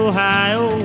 Ohio